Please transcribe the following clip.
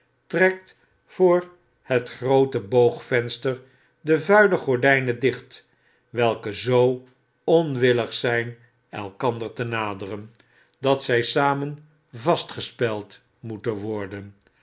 trekt voor het groote boogvenster de vuile gordijnen dicht welke zoo onwillig zijn elkander te naderen dat zij samen vastgespeld moeten worden